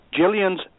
Jillian's